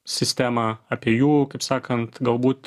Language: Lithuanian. sistemą apie jų kaip sakant galbūt